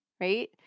right